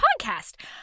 podcast